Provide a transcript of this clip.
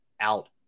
out